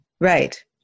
Right